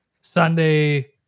Sunday